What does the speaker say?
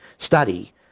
study